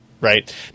right